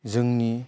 जोंनि